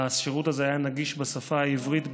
השירות הזה היה נגיש בשפה העברית בלבד,